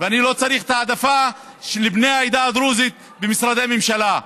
ואני לא צריך את ההעדפה של בני העדה הדרוזית במשרדי ממשלה.